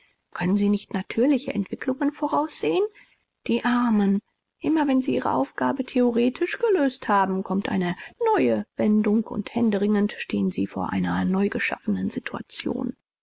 können sie nicht natürliche entwicklungen voraussehen die armen immer wenn sie ihre aufgabe theoretisch gelöst haben kommt eine neue wendung und händeringend stehen sie vor einer neugeschaffenen situation